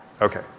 okay